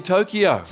Tokyo